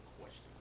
question